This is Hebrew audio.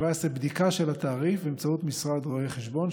בדיקה של התעריף באמצעות משרד רואה חשבון,